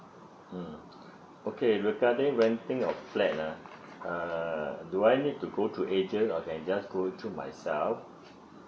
mm okay regarding renting a flat ah err do I need to go to agent or can just go through myself